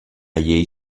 llei